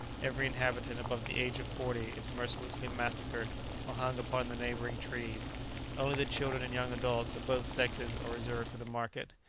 every inhabitant above the age of forty is mercilessly massacred or hung upon the neighbouring trees only the children and young adults of both sexes are reserved for the market,